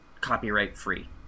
copyright-free